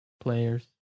players